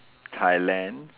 Thailand